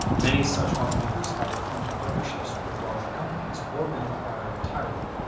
many such automakers have either formed partnerships with larger companies or been acquired entirely.